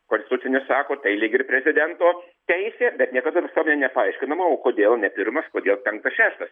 konstitucinis sako tai lyg ir prezidento teisė bet niekada visuomenei nepaaiškinama kodėl ne pirmas kodėl penktas šeštas